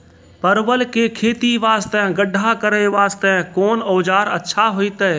परवल के खेती वास्ते गड्ढा करे वास्ते कोंन औजार अच्छा होइतै?